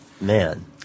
man